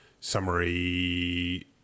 summary